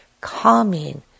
calming